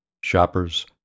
shoppers